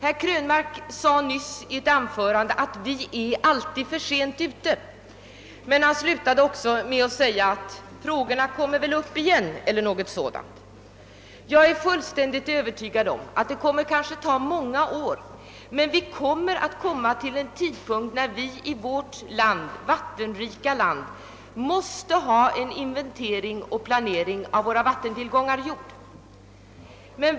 Herr Krönmark sade nyss alt vi alltid är för sent ute, men han slutade sitt anförande med att säga ungefär att frågorna väl kommer upp igen. Ja, jag är övertygad om att det kommer att ta många år, men en gång kommer vi ändå dithän att vi här i vårt vattenrika land måste göra en inventering och planering av våra vattentillgångar.